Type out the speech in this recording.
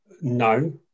no